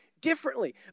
differently